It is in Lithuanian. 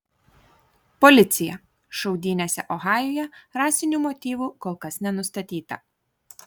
policija šaudynėse ohajuje rasinių motyvų kol kas nenustatyta